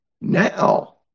now